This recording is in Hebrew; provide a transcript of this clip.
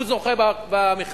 הוא זוכה במכרז.